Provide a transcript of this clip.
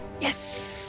Yes